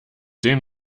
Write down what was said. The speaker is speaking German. den